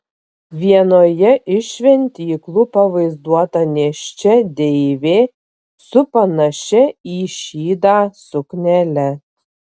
vienoje iš šventyklų pavaizduota nėščia deivė su panašia į šydą suknele